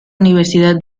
universidad